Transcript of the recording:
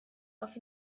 auf